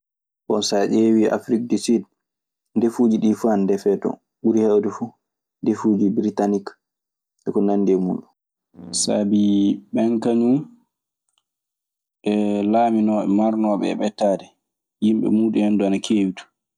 Bon so ƴeewii afrik di sid, ndefuuji ɗii fuu ana ndefee ton. Ko ɓuri heewde fuu, ndefuuji biritanik e ko nanndi e muuɗun. Sabi ɓen kañun, ɓe laaminooɓe marnooɓe e ɓettaade. Yimɓe muuɗun en du ana keewi ton.